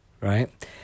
right